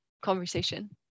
conversation